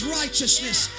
righteousness